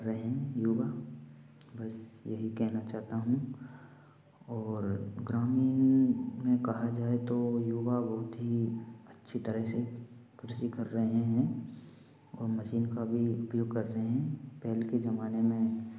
रहे हैं युवा बस यही कहना चाहता हूँ और ग्रामीण में कहा जाए तो युवा बहुत ही अच्छी तरह से कृषि कर रहे हैं और मशीन का भी उपयोग कर रहे हैं पहले के जमाने में